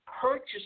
purchase